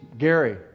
Gary